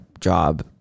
job